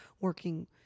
working